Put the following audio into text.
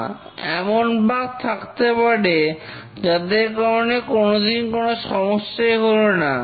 না এমন বাগ থাকতে পারে যাদের কারণে কোনো দিন কোনো সমস্যাই হলো না